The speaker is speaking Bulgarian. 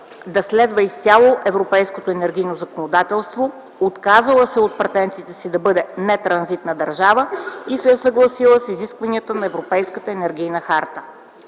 да следва изцяло европейското енергийно законодателство, отказала се е от претенцията си да бъде нетранзитна държава и се е съгласила с изискванията на Европейската енергийна харта.